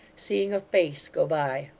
seeing a face go by.